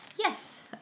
Yes